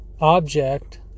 object